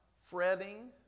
fretting